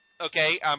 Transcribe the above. Okay